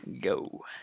Go